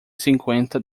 cinquenta